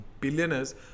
billionaires